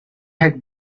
had